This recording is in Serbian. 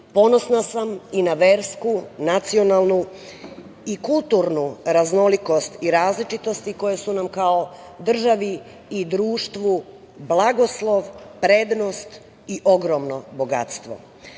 Ponosna sam i na versku, nacionalnu i kulturnu raznolikost i različitosti koje su nam kao državi i društvu blagoslov, prednost i ogromno bogatstvo.